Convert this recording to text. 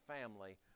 family